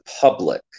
public